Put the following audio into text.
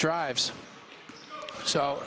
drives so